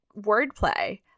wordplay